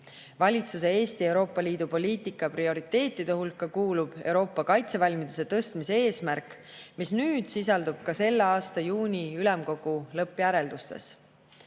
kiidetud] Eesti Euroopa Liidu poliitika prioriteetide hulka kuulub Euroopa kaitsevalmiduse tõstmise eesmärk, mis nüüd sisaldub ka selle aasta juuni ülemkogu lõppjäreldustes.